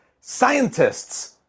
Scientists